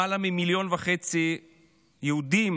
למעלה ממיליון וחצי יהודים